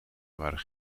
waren